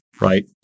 right